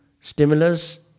stimulus